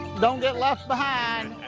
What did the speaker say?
don't get left behind!